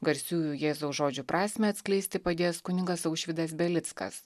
garsiųjų jėzaus žodžių prasmę atskleisti padės kunigas aušvydas belickas